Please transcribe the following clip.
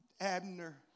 Abner